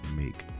make